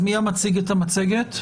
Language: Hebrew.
מי מציג את המצגת?